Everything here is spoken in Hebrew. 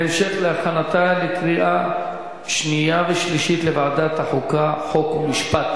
התשע"א 2011, לוועדת החוקה, חוק ומשפט